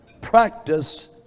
practice